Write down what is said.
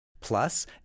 Plus